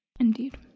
Indeed